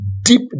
deep